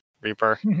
Reaper